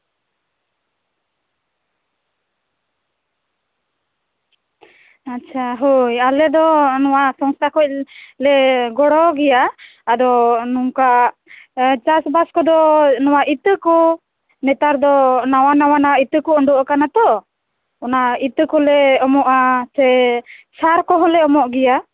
ᱟᱪᱪᱷᱟ ᱦᱳᱭ ᱟᱞᱮ ᱫᱚ ᱱᱚᱣᱟ ᱥᱚᱝᱥᱛᱷᱟ ᱠᱷᱚᱱᱞᱮ ᱜᱚᱲᱚ ᱜᱮᱭᱟ ᱟᱫᱚ ᱱᱚᱝᱠᱟ ᱪᱟᱥᱼᱵᱟᱥ ᱠᱚᱫᱚ ᱱᱚᱣᱟ ᱤᱛᱟᱹ ᱠᱚ ᱱᱮᱛᱟᱨ ᱫᱚ ᱱᱟᱣᱟᱼᱱᱟᱣᱟᱱᱟᱜ ᱤᱛᱟᱹ ᱠᱚ ᱩᱰᱩᱠ ᱟᱠᱟᱱᱟ ᱛᱚ ᱚᱱᱟ ᱤᱛᱟᱹ ᱠᱚᱞᱮ ᱮᱢᱚᱜᱼᱟ ᱥᱮ ᱥᱟᱨ ᱠᱚᱦᱚᱸᱞᱮ ᱮᱢᱚᱜ ᱜᱮᱭᱟ